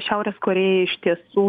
šiaurės korėja iš tiesų